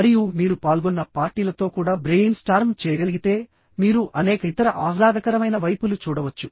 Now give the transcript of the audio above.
మరియు మీరు పాల్గొన్న పార్టీలతో కూడా బ్రెయిన్ స్టార్మ్ చేయగలిగితే మీరు అనేక ఇతర ఆహ్లాదకరమైన వైపులు చూడవచ్చు